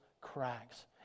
cracks